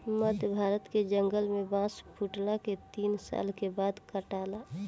मध्य भारत के जंगल में बांस फुटला के तीन साल के बाद काटाला